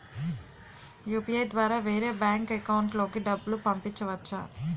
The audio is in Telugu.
యు.పి.ఐ ద్వారా వేరే బ్యాంక్ అకౌంట్ లోకి డబ్బులు పంపించవచ్చా?